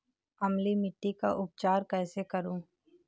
अम्लीय मिट्टी का उपचार कैसे करूँ?